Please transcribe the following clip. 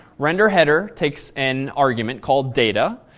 renderheader takes an argument called data.